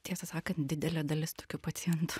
tiesą sakant didelė dalis tokių pacientų